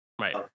Right